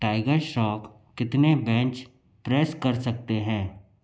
tiger Shroff कितने bench press कर सकते हैं